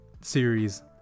series